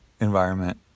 environment